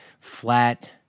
flat-